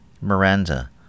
Miranda